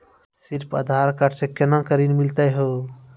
सिर्फ आधार कार्ड से कोना के ऋण मिलते यो?